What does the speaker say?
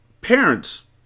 parents